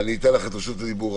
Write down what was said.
לא ביקשת את רשות הדיבור,